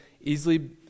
easily